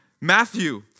Matthew